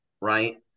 right